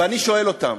ואני שואל אותם: